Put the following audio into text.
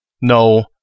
No